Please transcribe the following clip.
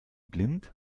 blind